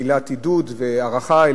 מילת עידוד והערכה,